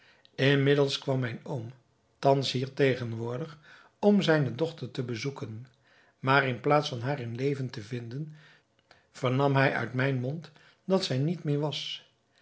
inmiddels kwam mijn oom thans hier tegenwoordig om zijne dochter te bezoeken maar in plaats van haar in leven te vinden vernam hij uit mijn mond dat zij niet meer was